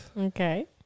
Okay